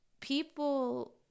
people